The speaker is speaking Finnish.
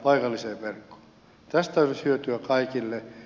tästä olisi hyötyä kaikille